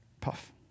puff